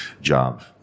job